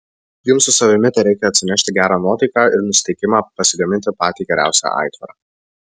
jums su savimi tereikia atsinešti gerą nuotaiką ir nusiteikimą pasigaminti patį geriausią aitvarą